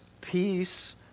peace